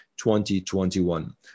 2021